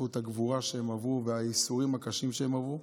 בזכות הגבורה שהם עברו והייסורים הקשים שהם עברו.